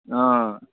অঁ